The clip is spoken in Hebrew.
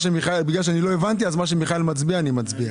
בגלל שאני לא הבנתי אז מה שמיכאל מצביע אני מצביע.